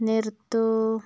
നിർത്തൂ